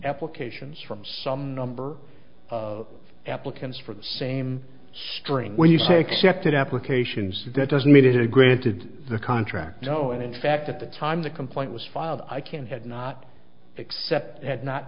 applications from some number of applicants for the same string when you say accepted applications that doesn't meet a granted the contract no and in fact at the time the complaint was filed i can had not except i had not